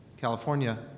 California